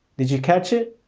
did you catch it?